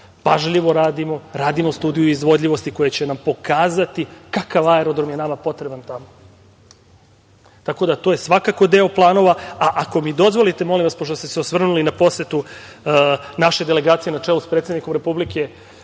Pažljivo radimo. Radimo studiju izvodljivosti koja će nam pokazati kakav aerodrom je nama potreban tamo, tako da to je svakako deo planova. Ako mi dozvolite, molim vas, pošto ste se osvrnuli na posetu naše delegacije na čelu sa predsednikom Republike